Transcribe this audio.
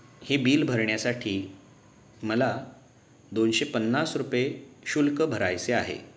हे बिल भरण्यासाठी मला दोनशे पन्नास रुपये शुल्क भरायचे आहे